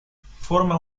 forma